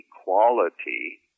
equality